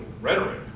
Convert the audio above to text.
rhetoric